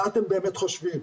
מה אתם באמת חושבים?